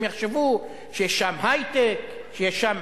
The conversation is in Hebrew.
הם יחשבו שיש שם היי-טק, שיש שם